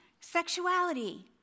sexuality